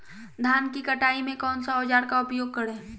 धान की कटाई में कौन सा औजार का उपयोग करे?